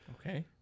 Okay